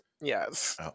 Yes